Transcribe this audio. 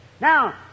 Now